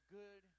good